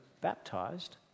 baptized